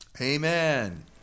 Amen